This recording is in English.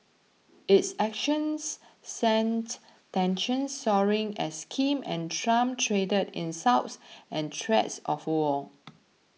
its actions sent tensions soaring as Kim and Trump traded insults and threats of war